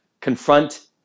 confront